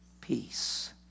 peace